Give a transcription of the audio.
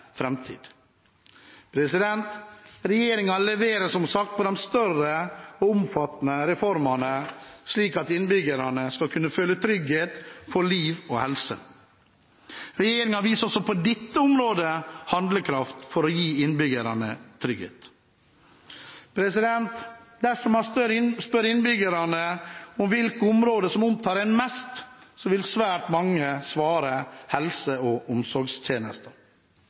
framtid. Regjeringen leverer som sagt på de større og omfattende reformene, slik at innbyggerne skal kunne føle trygghet for liv og helse. Regjeringen viser også på dette området handlekraft for å gi innbyggerne trygghet. Dersom man spør innbyggerne hvilke områder som opptar dem mest, vil svært mange svare helse- og